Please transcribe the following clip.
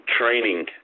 training